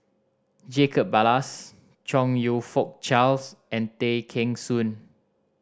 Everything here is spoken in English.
Jacob Ballas Chong You Fook Charles and Tay Kheng Soon